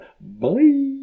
Bye